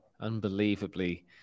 Unbelievably